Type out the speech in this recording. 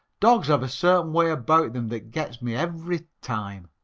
dogs have a certain way about them that gets me every time.